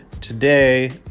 today